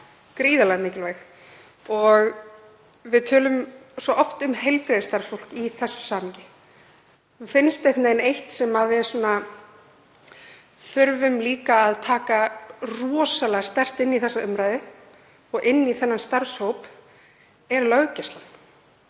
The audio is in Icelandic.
gríðarlega mikilvæg. Við tölum svo oft um heilbrigðisstarfsfólk í þessu samhengi. Eitt sem við þurfum líka að taka rosalega sterkt inn í þessa umræðu og inn í þennan starfshóp er löggæslan.